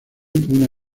una